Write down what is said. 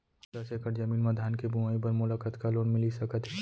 दस एकड़ जमीन मा धान के बुआई बर मोला कतका लोन मिलिस सकत हे?